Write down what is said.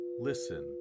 listen